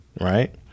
Right